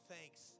thanks